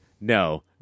no